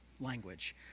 language